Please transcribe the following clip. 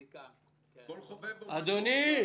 אדוני.